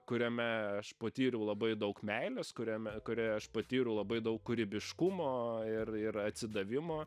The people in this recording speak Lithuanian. kuriame aš patyriau labai daug meilės kuriame kurioje aš patyriau labai daug kūrybiškumo ir ir atsidavimo